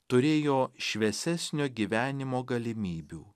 turėjo šviesesnio gyvenimo galimybių